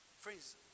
Friends